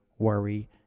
worry